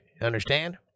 Understand